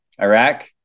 Iraq